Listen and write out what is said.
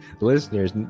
Listeners